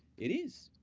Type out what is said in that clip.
it is.